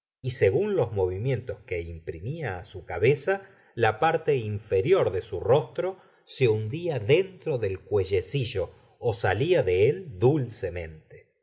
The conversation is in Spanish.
y según los movimientos que imprimía su cabeza la parte inferior de su rostro se hundía dentro del cochecillo salía de él dulcemente